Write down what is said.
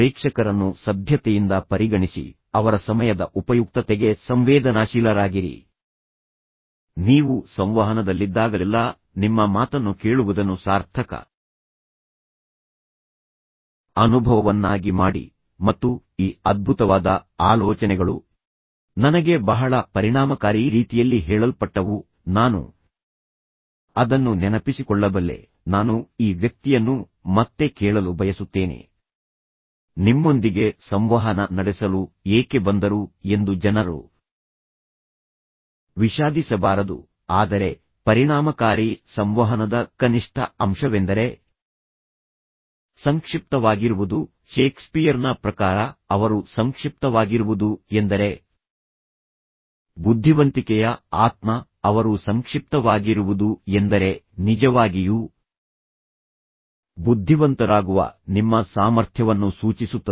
ಪ್ರೇಕ್ಷಕರನ್ನು ಸಭ್ಯತೆಯಿಂದ ಪರಿಗಣಿಸಿ ಅವರ ಸಮಯದ ಉಪಯುಕ್ತತೆಗೆ ಸಂವೇದನಾಶೀಲರಾಗಿರಿ ನೀವು ಸಂವಹನದಲ್ಲಿದ್ದಾಗಲೆಲ್ಲಾ ನಿಮ್ಮ ಮಾತನ್ನು ಕೇಳುವುದನ್ನು ಸಾರ್ಥಕ ಅನುಭವವನ್ನಾಗಿ ಮಾಡಿ ಮತ್ತು ಈ ಅದ್ಭುತವಾದ ಆಲೋಚನೆಗಳು ನನಗೆ ಬಹಳ ಪರಿಣಾಮಕಾರಿ ರೀತಿಯಲ್ಲಿ ಹೇಳಲ್ಪಟ್ಟವು ನಾನು ಅದನ್ನು ನೆನಪಿಸಿಕೊಳ್ಳಬಲ್ಲೆ ನಾನು ಈ ವ್ಯಕ್ತಿಯನ್ನು ಮತ್ತೆ ಕೇಳಲು ಬಯಸುತ್ತೇನೆ ನಿಮ್ಮೊಂದಿಗೆ ಸಂವಹನ ನಡೆಸಲು ಏಕೆ ಬಂದರು ಎಂದು ಜನರು ವಿಷಾದಿಸಬಾರದು ಆದರೆ ಪರಿಣಾಮಕಾರಿ ಸಂವಹನದ ಕನಿಷ್ಠ ಅಂಶವೆಂದರೆ ಸಂಕ್ಷಿಪ್ತವಾಗಿರುವುದು ಷೇಕ್ಸ್ಪಿಯರ್ನ ಪ್ರಕಾರ ಅವರು ಸಂಕ್ಷಿಪ್ತವಾಗಿರುವುದು ಎಂದರೆ ಬುದ್ಧಿವಂತಿಕೆಯ ಆತ್ಮ ಅವರು ಸಂಕ್ಷಿಪ್ತವಾಗಿರುವುದು ಎಂದರೆ ನಿಜವಾಗಿಯೂ ಬುದ್ಧಿವಂತರಾಗುವ ನಿಮ್ಮ ಸಾಮರ್ಥ್ಯವನ್ನು ಸೂಚಿಸುತ್ತದೆ